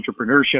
entrepreneurship